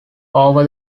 over